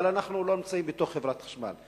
אבל אנחנו לא נמצאים בתוך חברת החשמל.